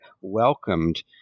welcomed